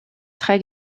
très